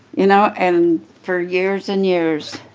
you know? and for years and years,